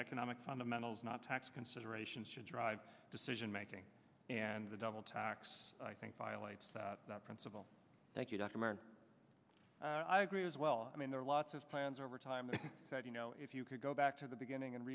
economic fundamentals not tax considerations should drive decision making and the double tax i think violates the principle that you document i agree as well i mean there are lots of plans over time said you know if you could go back to the beginning and